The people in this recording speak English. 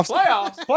playoffs